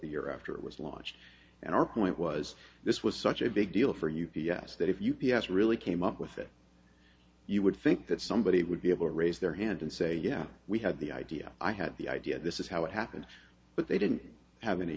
a year after it was launched and our point was this was such a big deal for u b s that if you b s really came up with it you would think that somebody would be able to raise their hand and say yeah we had the idea i had the idea this is how it happened but they didn't have any